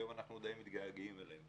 היום אנחנו די מתגעגעים אליהם.